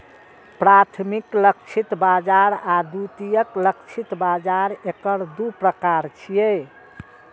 प्राथमिक लक्षित बाजार आ द्वितीयक लक्षित बाजार एकर दू प्रकार छियै